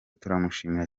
turamushimira